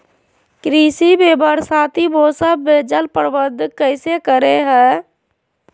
कृषि में बरसाती मौसम में जल प्रबंधन कैसे करे हैय?